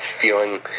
feeling